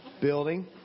building